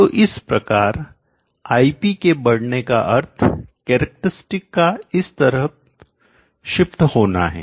तो इस प्रकार ip के बढ़ने का अर्थ कैरेक्टरस्टिक का इस तरह शिफ्ट होना है